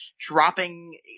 dropping